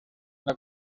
una